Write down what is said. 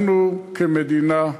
אנחנו, כמדינה,